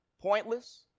pointless